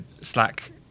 Slack